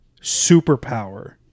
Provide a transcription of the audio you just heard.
superpower